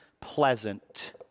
pleasant